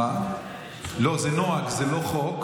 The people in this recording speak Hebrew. זה נוהג, זה לא חוק.